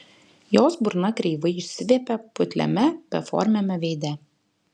jos burna kreivai išsiviepė putliame beformiame veide